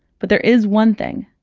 but there is one thing.